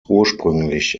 ursprünglich